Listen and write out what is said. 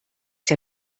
der